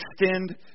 extend